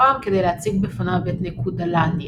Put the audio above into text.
הפעם כדי להציג בפניו את נקודלנדיה,